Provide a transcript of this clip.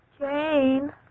Jane